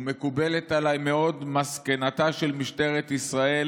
ומקובלת עליי מאוד מסקנתה של משטרת ישראל,